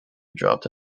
dropped